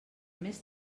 més